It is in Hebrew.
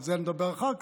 על זה נדבר אחר כך,